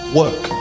work